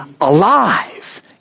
alive